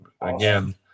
again